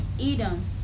Edom